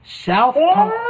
South